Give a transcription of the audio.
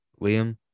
Liam